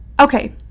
Okay